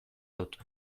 dut